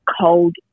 cold